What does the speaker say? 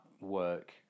work